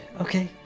okay